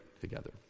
together